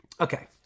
Okay